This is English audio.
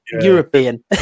European